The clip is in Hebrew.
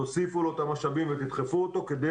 תוסיפו לו את המשאבים ותדחפו אותו כדי